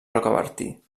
rocabertí